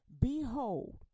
Behold